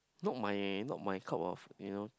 not my not my cup of you know